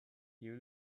you